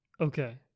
Okay